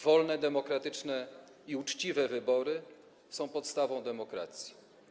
Wolne, demokratyczne i uczciwe wybory są podstawą demokracji.